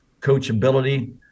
coachability